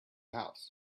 house